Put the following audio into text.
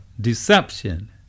deception